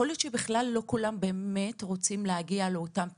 יכול להיות שלא כולם באמת רוצים להגיע לאותן פנימיות,